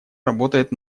работает